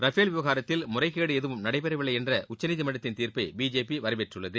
Rafale விவகாரத்தில் முறைகேடு எதுவும் நடைபெறவில்லை என்ற உச்சநீதிமன்றத்தின் தீாப்பை பிஜேபி வரவேற்றுள்ளது